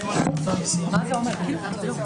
פליליים שעניינם עבירות מין או אלימות חמורה) (תיקוני